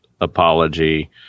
apology